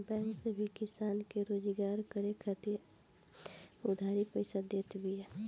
bank भी किसान के रोजगार करे खातिर उधारी पईसा देत बिया